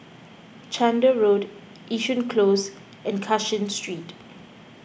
Chander Road Yishun Close and Cashin Street